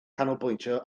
canolbwyntio